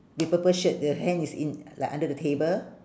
with purple shirt the hand is in like under the table